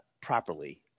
properly